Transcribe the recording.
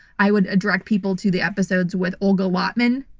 i would direct people to the episodes with olga lautman,